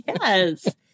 Yes